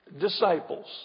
disciples